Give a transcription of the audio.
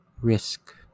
risk